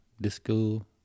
disco